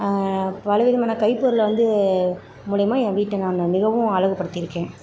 பல விதமான கைப்பொருளை வந்து மூலயமா என் வீட்டை நான் மிகவும் அழகுப் படுத்தியிருக்கேன்